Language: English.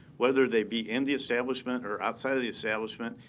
whether they be in the establishment or outside of the establishment.